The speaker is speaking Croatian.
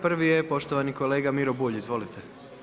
Prvi je poštovani kolega Miro Bulj, izvolite.